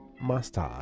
mustard